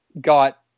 got